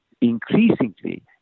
increasingly